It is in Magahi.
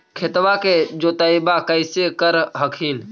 खेतबा के जोतय्बा कैसे कर हखिन?